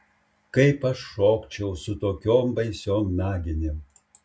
kaip aš šokčiau su tokiom baisiom naginėm